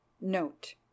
Note